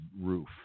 roof